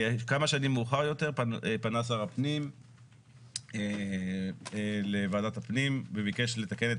כמה שנים מאוחר יותר פנה שר הפנים לוועדת הפנים וביקש לתקן את